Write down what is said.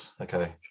Okay